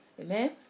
Amen